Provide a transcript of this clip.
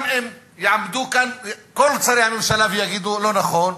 גם אם יעמדו כאן כל שרי הממשלה ויגידו: לא נכון,